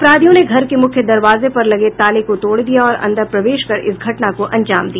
अपराधियों ने घर के मुख्य दरवाजे पर लगे ताले को तोड़ दिया और अंदर प्रवेश कर इस घटना को अंजाम दिया